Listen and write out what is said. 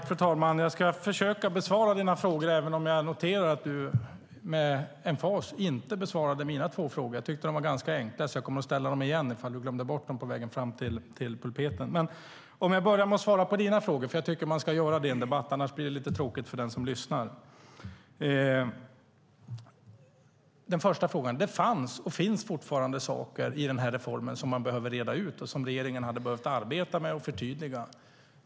Fru talman! Jag ska försöka att besvara dina frågor även om jag noterar att du med emfas inte besvarade mina två frågor. Jag tyckte de var ganska enkla. Jag kommer att ställa dem igen, ifall du glömde bort dem på vägen fram till talarstolen. Jag börjar med att svara på dina frågor. Jag tycker att man ska göra det i en debatt. Annars blir det lite tråkigt för den som lyssnar. När det gäller den första frågan fanns och finns det fortfarande saker i reformen som man behöver reda ut och som regeringen hade behövt arbeta med och förtydliga.